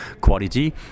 quality